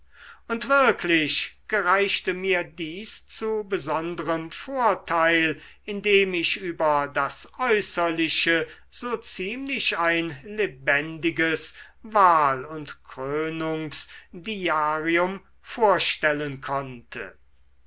und wirklich gereichte mir dies zu besondrem vorteil indem ich über das äußerliche so ziemlich ein lebendiges wahl und krönungsdiarium vorstellen konnte